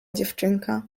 dziewczynka